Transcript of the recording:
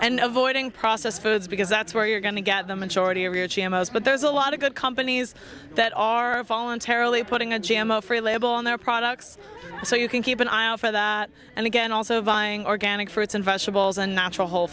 and avoiding processed foods because that's where you're going to get the majority of your chamas but there's a lot of good companies that are voluntarily putting a g m o free label on their products so you can keep an eye out for that and again also buying organic fruits and vegetables and natural whole